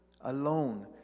alone